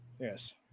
Yes